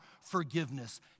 forgiveness